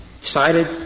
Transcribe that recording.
cited